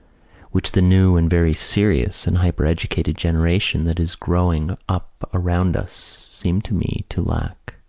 which the new and very serious and hypereducated generation that is growing up around us seems to me to lack.